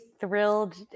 thrilled